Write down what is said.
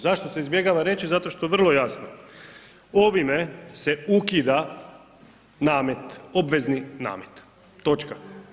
Zašto se izbjegava reći, zato što vrlo jasno ovime se ukida namet, obvezni namet, točka.